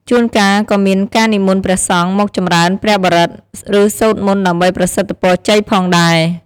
ជួនកាលក៏មានការនិមន្តព្រះសង្ឃមកចំរើនព្រះបរិត្ត ឬសូត្រមន្តដើម្បីប្រសិទ្ធពរជ័យផងដែរ។